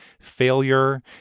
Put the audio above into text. Failure